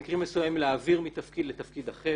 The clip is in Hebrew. במקרים מסוימים להעביר מתפקיד לתפקיד אחר.